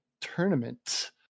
Tournament